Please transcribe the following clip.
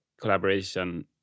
collaboration